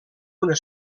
una